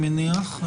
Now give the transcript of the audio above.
אני מניח,